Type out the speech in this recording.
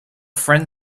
friend